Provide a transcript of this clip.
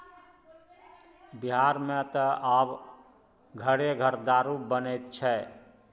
बिहारमे त आब घरे घर दारू बनैत छै